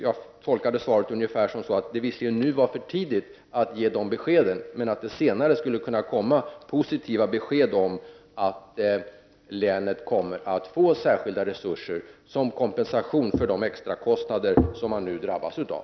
Jag tolkar svaret ungefär som så, att det visserligen nu är för tidigt att ge besked men att man senare skulle kunna komma med positiva besked om att länet kan få särskilda resurser som kompensation för de extra kostnader som länet nu drabbats av.